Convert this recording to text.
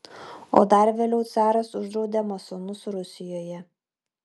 o dar vėliau caras uždraudė masonus rusijoje